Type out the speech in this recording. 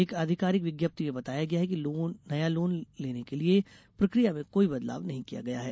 एक आधिकारिक विज्ञप्ति में बताया गया है कि नया लोन लेने की प्रक्रिया में कोई बदलाव नहीं किया गया है